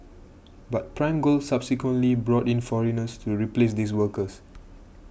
but Prime Gold subsequently brought in foreigners to replace these workers